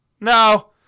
No